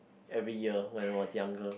every year when I was younger